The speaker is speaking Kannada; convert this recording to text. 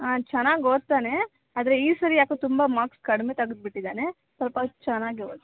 ಹಾಂ ಚೆನ್ನಾಗಿ ಓದ್ತಾನೆ ಆದರೆ ಈ ಸರಿ ಯಾಕೋ ತುಂಬಾ ಮಾರ್ಕ್ಸ್ ಕಡಿಮೆ ತೆಗೆದುಬಿಟ್ಟಿದ್ದಾನೆ ಸ್ವಲ್ಪ ಚೆನ್ನಾಗಿ ಓದಿಸಿ